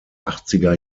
achtziger